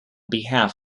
behalf